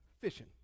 fishing